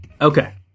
Okay